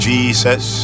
Jesus